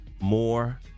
more